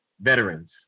veterans